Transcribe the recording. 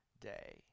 day